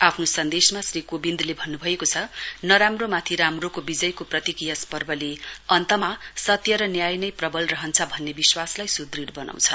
आफ्नो सन्देशमा श्री कोबिन्दले भन्नुभएको छ नराम्रोमाथि राम्रोको विजयको प्रतीक यस पर्वले अन्तमा सत्य र न्याय नै प्रवल रहन्छ भन्ने विश्वासलाई सुदृढ़ वनाउँछ